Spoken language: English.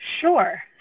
Sure